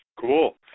Cool